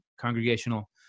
congregational